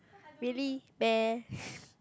really bear